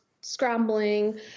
scrambling